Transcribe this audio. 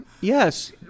Yes